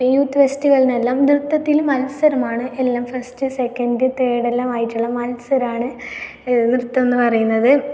youth ഫെസ്റ്റിവല്ലിനെല്ലാം നൃത്തത്തിൽ മത്സരമാണ് എല്ലാം ഫെസ്റ്റ് സെക്കൻഡ് തേഡെല്ലാമായിട്ടുള്ള മത്സരമാണ് നൃത്തം എന്ന് പറയുന്നത്